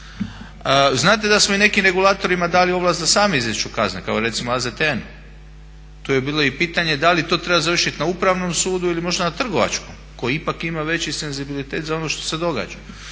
Znate da smo i nekim regulatorima dali ovlast da sami izriču kazne kao recimo AZTN-u. Tu je i bilo pitanje da li to treba završiti na Upravnom sudu ili možda na trgovačkom koji ipak ima veći senzibilitet za ono što se događa.